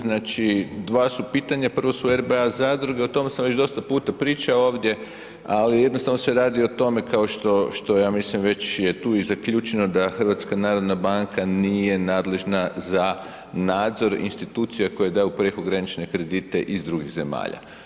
Znači, dva su pitanja prvo su RBA zadruge, o tom sam već dosta puta pričao ovdje, ali jednostavno se radi o tome kao što ja mislim već je tu i zaključeno da HNB nije nadležna za nadzor institucija koje daju prekogranične kredite iz drugih zemalja.